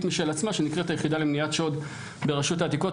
משל עצמה שנקראת היחידה למניעת שוד ברשות העתיקות,